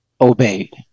obeyed